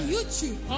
YouTube